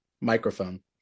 microphone